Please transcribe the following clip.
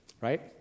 right